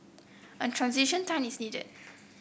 a transition time is needed